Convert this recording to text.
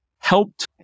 Helped